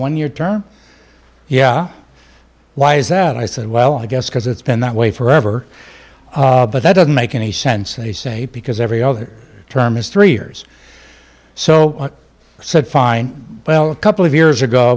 one year term yeah why is that i said well i guess because it's been that way forever but that doesn't make any sense they say because every other term is three years so i said fine well a couple of years ago